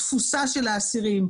התפוסה של האסירים,